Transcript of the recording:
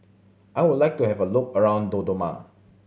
I would like to have a look around Dodoma